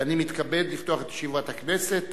ואני מתכבד לפתוח את ישיבת הכנסת.